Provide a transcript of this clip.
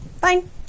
Fine